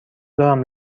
دارم